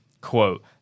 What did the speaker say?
Quote